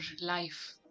life